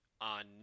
on